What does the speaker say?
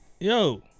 yo